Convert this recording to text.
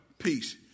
peace